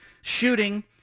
shooting